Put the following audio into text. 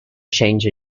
change